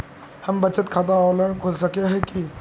हम बचत खाता ऑनलाइन खोल सके है की?